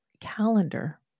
calendar